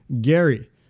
Gary